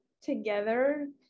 together